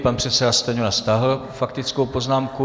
Pan předseda Stanjura stáhl faktickou poznámku.